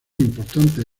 importantes